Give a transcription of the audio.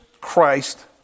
Christ